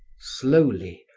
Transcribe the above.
slowly,